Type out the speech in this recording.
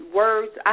words